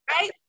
right